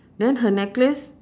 then her necklace